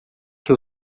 que